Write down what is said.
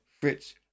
Fritz